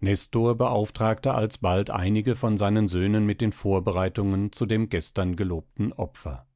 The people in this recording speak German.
nestor beauftragte alsbald einige von den söhnen mit den vorbereitungen zu dem gestern gelobten opfer